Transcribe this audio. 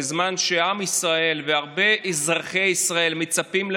בזמן שעם ישראל והרבה אזרחי ישראל מצפים לפתרונות.